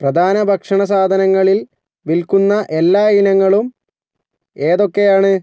പ്രധാന ഭക്ഷണ സാധനങ്ങളിൽ വിൽക്കുന്ന എല്ലാ ഇനങ്ങളും ഏതൊക്കെയാണ്